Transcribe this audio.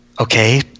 Okay